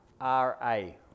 R-A